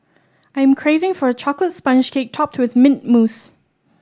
I'm craving for a chocolate sponge cake topped with mint mousse